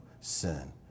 sin